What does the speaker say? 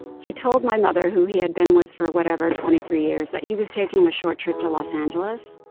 he told my mother, who he had been with for whatever twenty three years, that he was taking a short trip to los angeles.